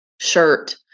shirt